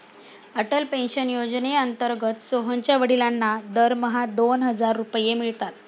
Atal pension योजनेअंतर्गत सोहनच्या वडिलांना दरमहा दोन हजार रुपये मिळतात